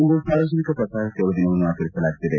ಇಂದು ಸಾರ್ವಜನಿಕ ಪ್ರಸಾರ ಸೇವಾ ದಿನವನ್ನು ಆಚರಿಸಲಾಗುತ್ತಿದೆ